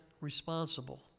responsible